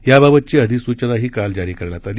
याबाबतची अधिसूनचनाही काल जारी करण्यात आली